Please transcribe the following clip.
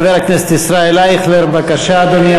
חבר הכנסת ישראל אייכלר, בבקשה, אדוני.